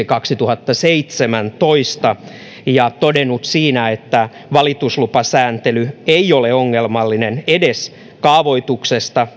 kaksituhattaseitsemäntoista ja todennut siinä että valituslupasääntely ei ole ongelmallinen edes kaavoitusta